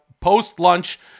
post-lunch